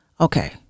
Okay